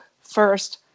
first